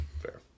fair